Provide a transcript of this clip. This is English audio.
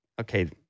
okay